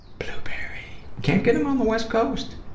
blueberry! can't get em on the west coast.